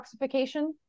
detoxification